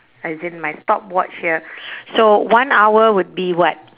as in my stopwatch here so one hour would be what